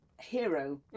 hero